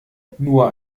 nur